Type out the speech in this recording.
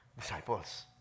disciples